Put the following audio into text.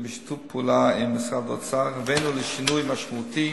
ובשיתוף פעולה עם משרד האוצר הבאנו לשינוי משמעותי